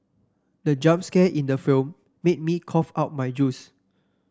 the jump scare in the film made me cough out my juice